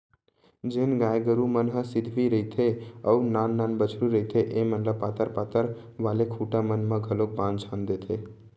जेन गाय गरु मन ह सिधवी रहिथे अउ नान नान बछरु रहिथे ऐमन ल पातर पातर वाले खूटा मन म घलोक बांध छांद देथे